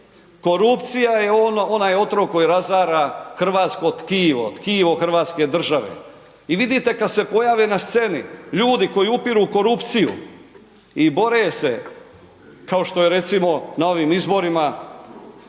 Korupcija je onaj otrov koji razara hrvatsko tkivo, tkivo hrvatske država. I vidite kad se pojave na sceni ljudi koju upiru u korupciju i bore se, kao što je recimo na ovim izborima